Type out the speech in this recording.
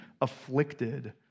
afflicted